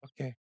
Okay